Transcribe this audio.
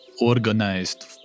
organized